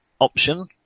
Option